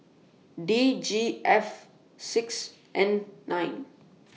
D G F six N nine